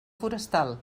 forestal